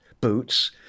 boots